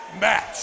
match